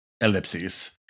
ellipses